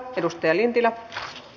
arvoisa puhemies